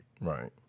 Right